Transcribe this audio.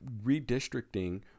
redistricting